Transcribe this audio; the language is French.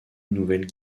nouvelle